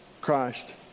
Christ